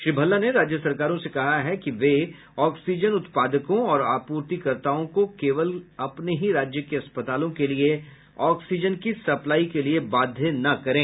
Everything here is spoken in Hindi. श्री भल्ला ने राज्य सरकारों से कहा है कि वे ऑक्सीजन उत्पादकों और आपूर्तिकर्ताओं को केवल अपने ही राज्य के अस्पतालों के लिए ऑक्सीजन की सप्लाई के लिए बाध्य न करे